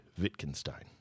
Wittgenstein